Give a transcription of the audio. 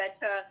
better